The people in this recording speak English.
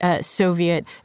Soviet